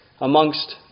amongst